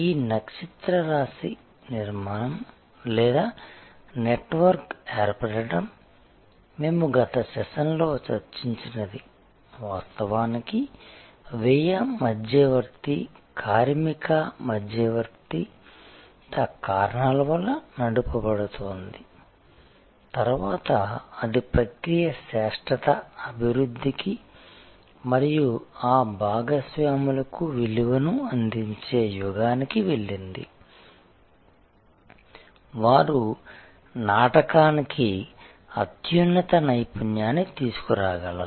ఈ నక్షత్రరాశి నిర్మాణం లేదా నెట్వర్క్ ఏర్పడటం మేము గత సెషన్లో చర్చించినది వాస్తవానికి వ్యయ మధ్యవర్తి కార్మిక మధ్యవర్తిత్వ కారణాల వల్ల నడపబడుతోంది తర్వాత అది ప్రక్రియ శ్రేష్ఠత అభివృద్ధికి మరియు ఆ భాగస్వాములకు విలువను అందించే యుగానికి వెళ్లింది వారు నాటకానికి అత్యున్నత నైపుణ్యాన్ని తీసుకురాగలరు